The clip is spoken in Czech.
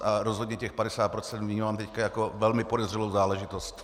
A rozhodně těch 50 % vnímám jako velmi podezřelou záležitost.